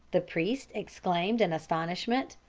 the priest exclaimed in astonishment.